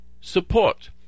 support